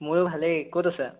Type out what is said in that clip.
মোৰো ভালেই ক'ত আছা